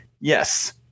Yes